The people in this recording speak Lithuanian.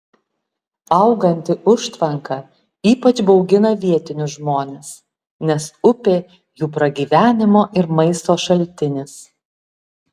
auganti užtvanka ypač baugina vietinius žmones nes upė jų pragyvenimo ir maisto šaltinis